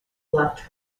left